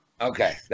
Okay